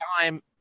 time